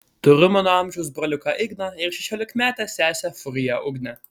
turiu mano amžiaus broliuką igną ir šešiolikametę sesę furiją ugnę